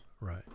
right